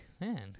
Man